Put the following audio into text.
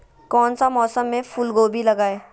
कौन सा मौसम में फूलगोभी लगाए?